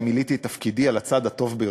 שמילאתי את תפקידי על הצד הטוב ביותר?